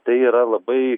tai yra labai